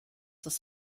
das